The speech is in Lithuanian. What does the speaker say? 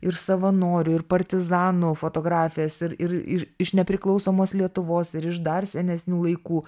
ir savanorių ir partizanų fotografijas ir ir ir iš nepriklausomos lietuvos ir iš dar senesnių laikų